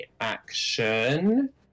action